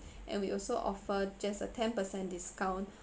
and we also offer just a ten percent discount